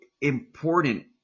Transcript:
important